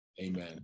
amen